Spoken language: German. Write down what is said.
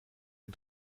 den